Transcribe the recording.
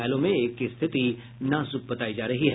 घायलों में एक की स्थिति नाजुक बतायी जा रही है